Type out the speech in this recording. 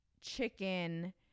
chicken